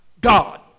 God